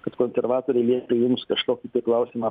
kad konservatoriai liepė jums kažkokį tai klausimą